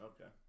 Okay